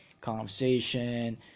conversation